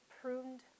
pruned